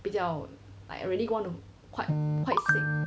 比较 like really want to quite quite sick